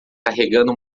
carregando